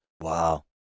Wow